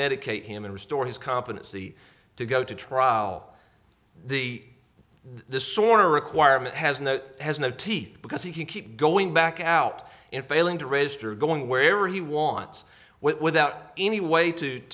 medicate him and restore his competency to go to trial the disorder requirement has no has no teeth because he can keep going back out and failing to register going wherever he wants without any way to